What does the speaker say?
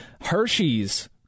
Hershey's